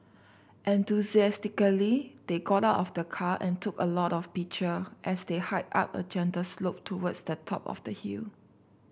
enthusiastically they got out of the car and took a lot of picture as they hiked up a gentle slope towards the top of the hill